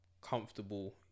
comfortable